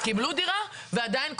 קיבלו דירה ועדיין כועסים,